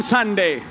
Sunday